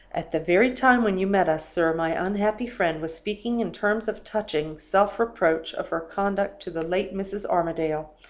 at the very time when you met us, sir, my unhappy friend was speaking in terms of touching, self-reproach of her conduct to the late mrs. armadale.